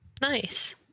Nice